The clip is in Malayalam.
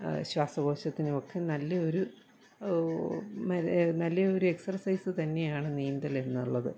ശ്വാസകോശത്തിനുമൊക്കെ നല്ലയൊരു മര നല്ലയൊരു എക്സസൈസ് തന്നെയാണ് നീന്തൽ എന്നുള്ളത്